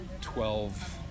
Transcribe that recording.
twelve